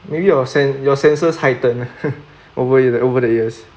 maybe you sen your senses heightened over over the years